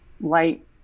light